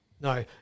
no